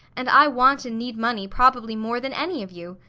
and i want and need money probably more than any of you.